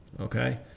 Okay